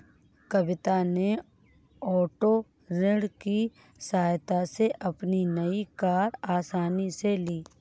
कविता ने ओटो ऋण की सहायता से अपनी नई कार आसानी से ली